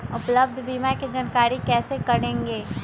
उपलब्ध बीमा के जानकारी कैसे करेगे?